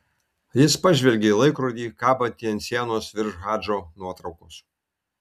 jis pažvelgė į laikrodį kabantį ant sienos virš hadžo nuotraukos